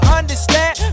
understand